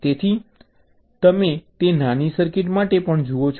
તેથી તમે તે નાની સર્કિટ માટે પણ જુઓ છો